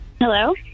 hello